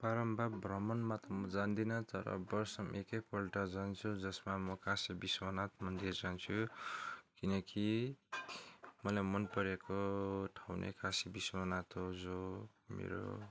बारम्बार भ्रमणमा त म जाँदिनँ तर वर्षमा एक एकएल्ट जान्छु जसमा म काशी विश्वनाथ मन्दिर जान्छु किनकि मलाई मनपरेको ठाउँ नै काशी विश्वनाथ हो जो मेरो